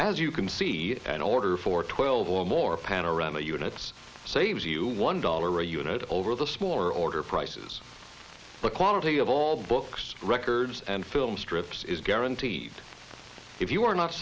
as you can see an order for twelve or more panorama units saves you one dollar a unit over the smaller order price is the quantity of all books records and filmstrips is guaranteed if you are not